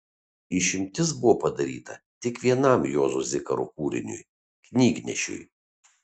išimtis buvo padaryta tik vienam juozo zikaro kūriniui knygnešiui